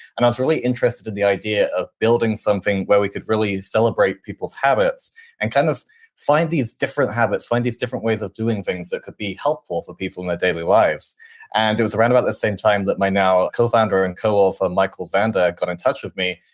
and i was really interested in the idea of building something where we could really celebrate people's habits and kind of find these different habits, find these different ways of doing things that could be helpful for people in our daily lives and it was around about the same time that my now co-founder and co-author michael zander got in touch with me.